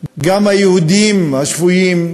גם היהודים השפויים,